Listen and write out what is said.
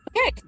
Okay